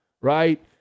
right